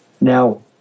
Now